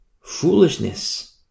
Foolishness